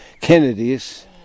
Kennedys